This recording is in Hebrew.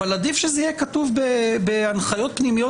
אבל עדיף שזה יהיה כתוב בהנחיות פנימיות